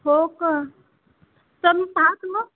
हो का त मी पाहतं मग